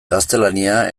gaztelania